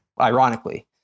Ironically